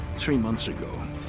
three months ago,